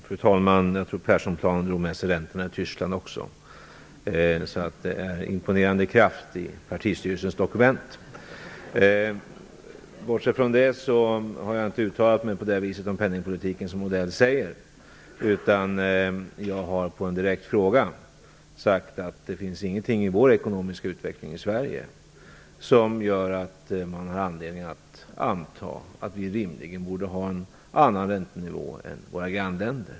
Fru talman! Jag tror att Perssonplanen drog med sig räntorna i Tyskland också. Det är alltså en imponerande kraft i partistyrelsens dokument! Bortsett från det har jag inte uttalat mig om penningpolitiken på det vis som Mats Odell säger. I stället har jag på en direkt fråga svarat att det finns ingenting i den ekonomiska utvecklingen i Sverige som gör att man har anledning att anta att vi rimligen borde ha en annan räntenivå än våra grannländer.